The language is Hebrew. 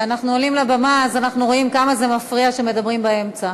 כשאנחנו עולים לבמה אנחנו רואים כמה זה מפריע שמדברים באמצע,